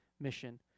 mission